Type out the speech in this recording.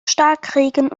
starkregen